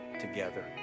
together